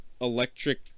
electric